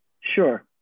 Sure